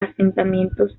asentamientos